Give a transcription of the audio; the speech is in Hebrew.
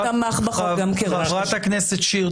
ותמך בחוק גם כראש רשות.